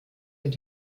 mit